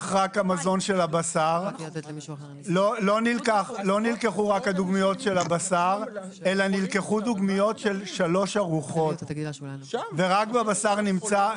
רק הבשר אלא נלקחו דוגמיות של שלוש ארוחות ורק בבשר נמצאו